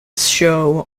show